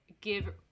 give